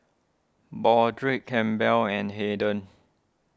Broderick Campbell and Hayden